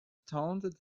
taunted